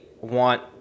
want